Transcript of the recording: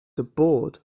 aboard